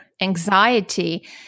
anxiety